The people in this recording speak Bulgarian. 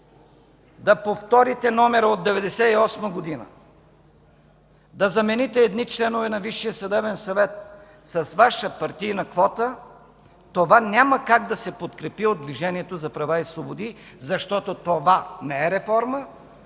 да повторите номера от 1998 г. – да замените едни членове на Висшия съдебен съвет с Ваша партийна квота, това няма как да се подкрепи от Движението за права и свободи, защото това не е реформа,